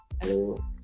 hello